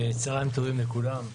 צוהריים טובים לכולם.